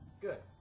Good